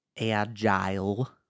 Agile